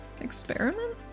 Experiment